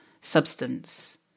substance